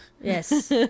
Yes